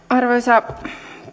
arvoisa